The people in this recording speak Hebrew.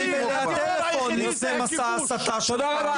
הטרור היחידי זה הכיבוש שאתם מגבים אותו.